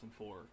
2004